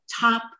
top